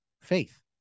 faith